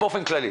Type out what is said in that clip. באופן כללי.